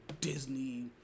Disney